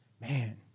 Man